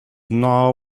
now